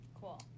Cool